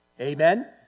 Amen